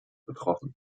betroffen